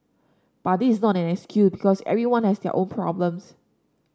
but this is not an excuse because everyone has their own problems